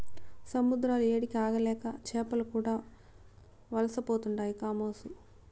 సముద్రాల ఏడికి ఆగలేక చేపలు కూడా వలసపోతుండాయి కామోసు